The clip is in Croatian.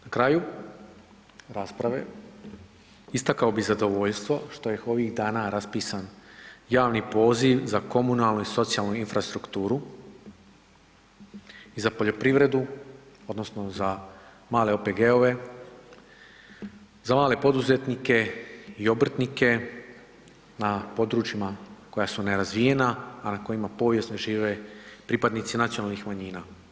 Na kraju rasprave, istakao bih zadovoljstvo što je ovih dana raspisan javni poziv za komunalnu i socijalnu infrastrukturu i za poljoprivredu odnosno za male OPG-ove, za male poduzetnike i obrtnike na područjima koja su nerazvijena, a na kojima povijesno žive pripadnici nacionalnih manjina.